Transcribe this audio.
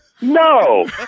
No